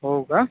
हो का